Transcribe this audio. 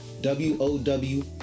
W-O-W